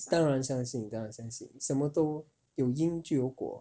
当然相信当然相信什么都有因就有果